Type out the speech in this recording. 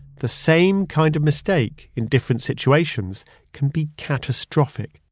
the same kind of mistake in different situations can be catastrophic.